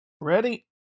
Ready